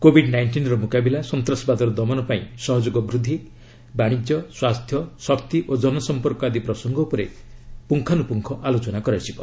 Covid ନାଇଷ୍ଟିନ୍ର ମୁକାବିଲା ସନ୍ତାସବାଦର ଦମନ ପାଇଁ ସହଯୋଗ ବୃଦ୍ଧି ବାଣିଜ୍ୟ ସ୍ୱାସ୍ଥ୍ୟ ଶକ୍ତି ଓ ଜନସମ୍ପର୍କ ଆଦି ପ୍ରସଙ୍ଗ ଉପରେ ମଧ୍ୟ ପୁଙ୍ଗାନୁପୁଙ୍ଗ ଆଲୋଚନା ହେବ